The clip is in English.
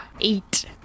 Eight